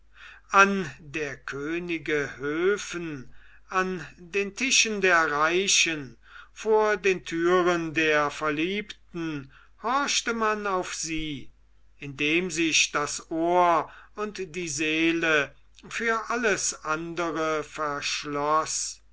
an den könige höfen an den tischen der reichen vor den türen der verliebten horchte man auf sie indem sich das ohr und die seele für alles andere verschloß